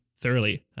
thoroughly